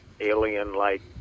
alien-like